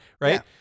right